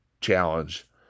challenge